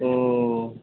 ও